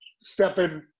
stepping